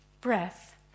breath